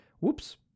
whoops